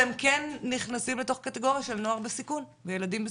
והם כן נכנסים לקטגוריה של נוער בסיכון וילדים בסיכון.